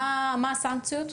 מה הסנקציות כלפיי?